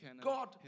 God